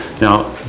Now